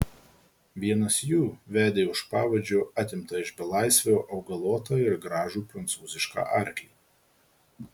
vienas jų vedė už pavadžio atimtą iš belaisvio augalotą ir gražų prancūzišką arklį